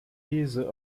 diese